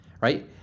right